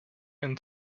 and